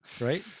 Right